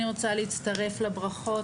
אני רוצה להצטרף לברכות,